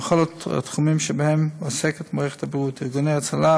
בכל התחומים שבהם עוסקת מערכת הבריאות: בארגוני ההצלה,